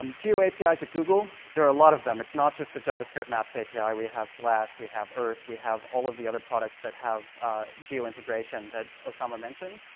um geo apis at google. there are a lot of them. it's not just the javascript maps api. we have flash, we have earth, we have all of the other products that have geo-integration that ossama mentioned.